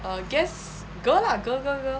err guess girl lah girl girl girl